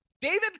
David